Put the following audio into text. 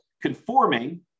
conforming